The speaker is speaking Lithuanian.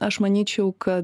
aš manyčiau kad